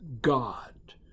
God